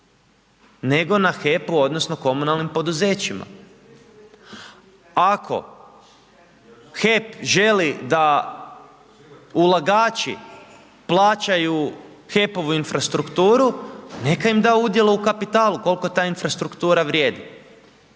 nego na HEP-u odnosno komunalnim poduzećima. Ako HEP želi da ulagači plaćaju HEP-ovu infrastrukturu, neka im da udjela u kapitalu koliko ta infrastruktura vrijedi.